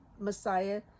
Messiah